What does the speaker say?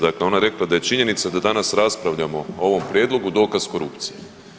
Dakle, ona je rekla da je činjenica da danas raspravljamo o ovom prijedlogu dokaz korupcija.